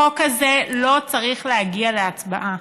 החוק הזה לא צריך להגיע להצבעה,